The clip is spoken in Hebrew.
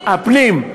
הפנים,